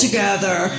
Together